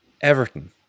Everton